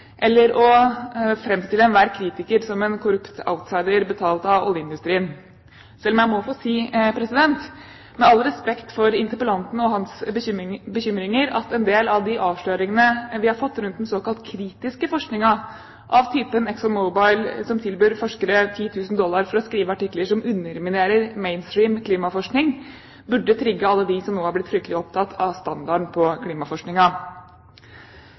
eller å framstille enhver kritiker som en korrupt outsider betalt av oljeindustrien. Jeg må få si, med all respekt for interpellanten og hans bekymringer, at en del av de avsløringene vi har fått rundt den såkalt kritiske forskningen av typen Exxon Mobil som tilbyr forskere 10 000 dollar for å skrive artikler som underminerer mainstream klimaforskning, burde trigge alle dem som nå er blitt fryktelig opptatt av standarden på